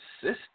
system